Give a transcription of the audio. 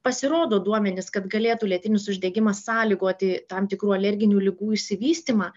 pasirodo duomenys kad galėtų lėtinis uždegimas sąlygoti tam tikrų alerginių ligų išsivystymą